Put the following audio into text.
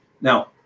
Now